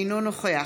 אינו נוכח